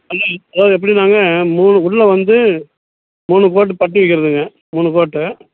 ம் அதாவது எப்படினாங்க மூணு உள்ளே வந்து மூணு கோட்டு பட்டி அடிக்கிறதுங்க மூணு கோட்டு